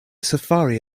safari